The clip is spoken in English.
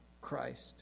Christ